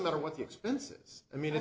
matter what the expenses i mean